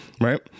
right